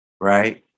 right